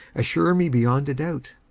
assure me beyond a doubt.